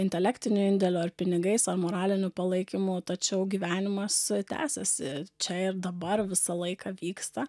intelektinio indėliu ar pinigais moraliniu palaikymu tačiau gyvenimas tęsiasi čia ir dabar visą laiką vyksta